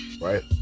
right